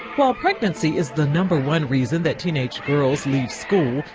while pregnancy is the number one reason that teenage girls leave school,